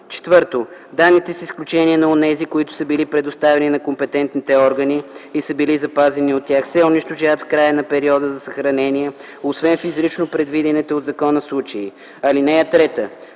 4. данните, с изключение на онези, които са били предоставени на компетентните органи и са били запазени от тях, се унищожават в края на периода за съхранение, освен в изрично предвидените от закона случаи. (3) За